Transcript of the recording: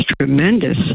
tremendous